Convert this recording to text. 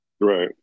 Right